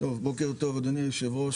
בוקר טוב אדוני היו"ר.